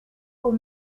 aux